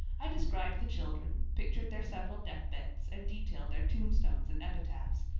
i described the children, pictured their several death beds, and detailed their tombstones and epitaphs.